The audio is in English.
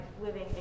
living